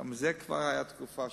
כבר היתה תקופה שהקפיאו,